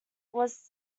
was